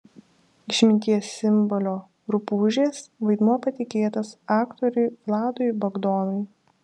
išminties simbolio rupūžės vaidmuo patikėtas aktoriui vladui bagdonui